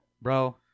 Bro